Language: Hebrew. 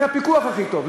עם הפיקוח הכי טוב,